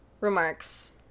remarks